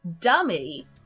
dummy